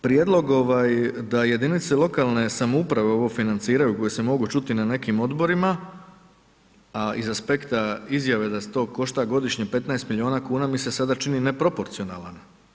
Prijedlog da jedinice lokalne samouprave ovo financiraju koje se mogu čuti na nekim odborima, a iz aspekta izjave da to košta godišnje 15 milijuna kuna mi se sada čini neproporcionalan.